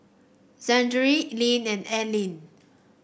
Zackary Linn and Eileen